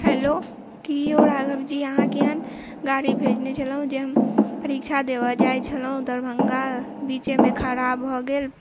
hello कि यौ राघवजी अहाँ केहन गाड़ी भेजने छलौंहँ जे परीक्षा देबै जाइ छलौंहुँ दरभङ्गा बीचेमे खराब भऽ गेल